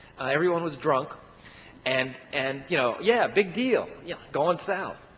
everyone was drunk and and, you know, yeah big deal. yeah going south.